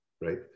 Right